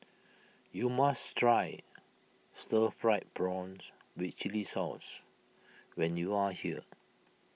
you must Try Stir Fried Prawn with Chili Sauce when you are here